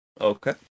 Okay